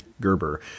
Gerber